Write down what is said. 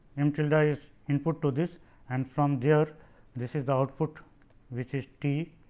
m tilde ah is input to this and from there. this is the output which is t